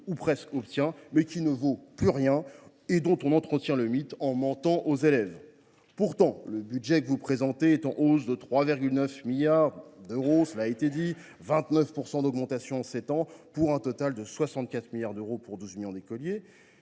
le baccalauréat, mais celui ci ne vaut plus rien et l’on entretient son mythe en mentant aux élèves. Pourtant, le budget que vous présentez est en hausse de 3,9 milliards d’euros, soit 29 % d’augmentation en sept ans, pour un total de 64 milliards d’euros pour 12 millions d’écoliers.